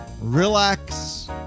relax